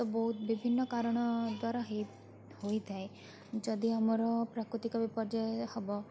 ବହୁତ ବିଭିନ୍ନ କାରଣ ଦ୍ୱାରା ହୋଇଥାଏ ଯଦି ଆମର ପ୍ରାକୃତିକ ବିପର୍ଯ୍ୟୟ ହେବ